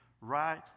right